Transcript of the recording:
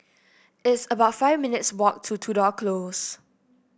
it's about five minutes' walk to Tudor Close